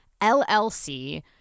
LLC